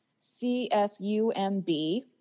CSUMB